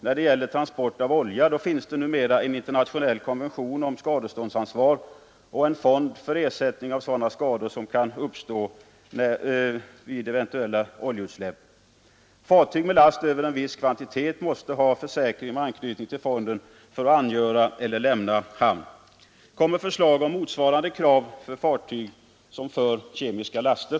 När det gäller transport av olja finns det dessutom en internationell konvention om skadeståndsansvar och en fond för ersättning för sådana skador som kan uppstå vid eventuellt oljeutsläpp. Fartyg med last över en viss kvantitet måste ha försäkring med anknytning till den fonden för att få angöra eller lämna hamn. Kommer det förslag med motsvarande krav för fartyg som fraktar kemiska laster?